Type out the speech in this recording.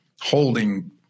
holding